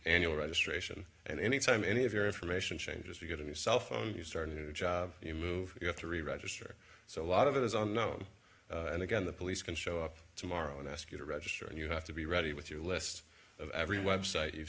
annual registration and any time any of your information changes you get a new cell phone you start a new job you move you have to reregister so a lot of those are no and again the police can show up tomorrow and ask you to register and you have to be ready with your list of every website you've